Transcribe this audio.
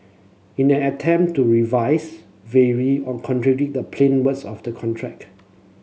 in an attempt to revise vary or contradict the plain words of the contract